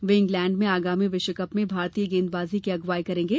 वे England में आगामी विश्व कप में भारतीय गेंदबाजी की अगुवाई करेंगे